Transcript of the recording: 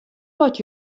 wat